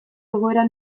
egoera